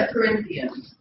Corinthians